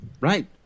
Right